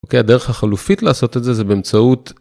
אוקיי, הדרך החלופית לעשות את זה זה באמצעות...